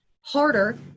harder